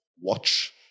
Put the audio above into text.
watch